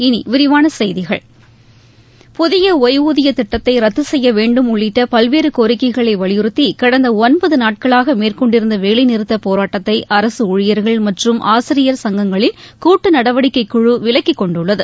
இனி விரிவான செய்கிகள் புதிய ஓய்வூதிய திட்டத்தை ரத்து செய்ய வேண்டும் உள்ளிட்ட பல்வேறு கோரிக்கைகளை வலியுறுத்தி கடந்த ஒன்பது நாட்களாக மேற்கொண்டிருந்த வேலை நிறுத்தப் போராட்டத்தை அரசு ஊழியர்கள் மற்றும் ஆசிரியர் சங்கங்களின் கூட்டு நடவடிக்கைக் குழு விலக்கிக் கொண்டுள்ளது